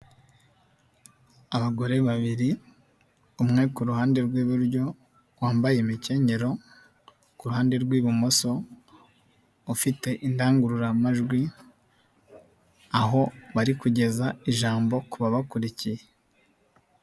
Abagore babiri umwe ku ruhande rw'iburyo wambaye imikenyero, ku ruhande rw'ibumoso ufite indangururamajwi, aho bari kugeza ijambo ku babakurikiye.